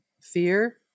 Fear